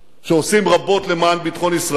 שעושים רבות למען ביטחון ישראל.